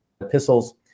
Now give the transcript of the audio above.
epistles